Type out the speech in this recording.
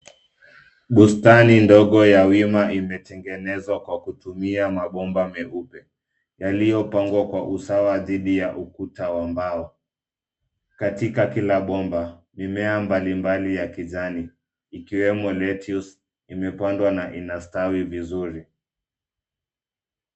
Bustani ndogo ya wima imetengenezwa kwa kutumia mabomba meupe, yaliyopangwa kwa usawa dhidi ya ukuta wa mbao. Katika kila bomba, mimea mbalimbali ya kijani ikiwemo lettuce imepandwa na inastawi vizuri.